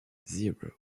zero